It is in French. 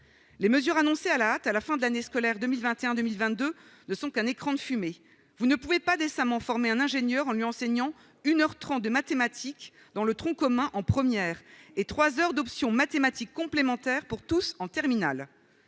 les mesures annoncées à la hâte à la fin de l'année scolaire 2021 2022 ne sont qu'un écran de fumée, vous ne pouvait pas décemment former un ingénieur en lui enseignant une heure 30 de mathématiques dans le tronc commun en première et 3 heures d'option mathématiques complémentaires pour tous en terminale,